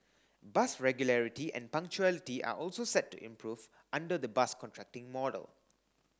bus regularity and punctuality are also set to improve under the bus contracting model